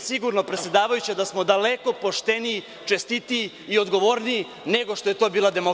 sigurno, predsedavajuća, da smo daleko pošteniji, čestitiji i odgovorniji nego što je to bila DS.